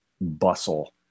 bustle